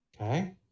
Okay